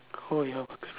oh your